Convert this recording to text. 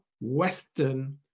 Western